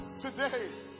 today